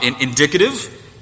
indicative